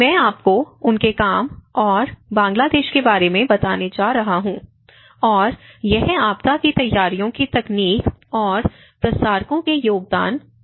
मैं आपको उनके काम और बांग्लादेश के बारे में बताने जा रहा हूं और यह आपदा की तैयारियों की तकनीक और प्रसारकों के योगदान पर है